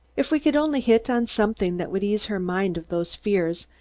if we could only hit on something that would ease her mind of those fears,